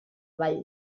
ball